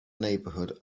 neighbourhood